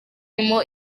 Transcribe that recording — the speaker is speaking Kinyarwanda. zirimo